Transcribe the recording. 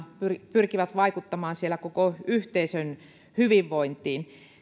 pyrkivät vaikuttamaan siellä koko yhteisön hyvinvointiin